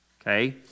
okay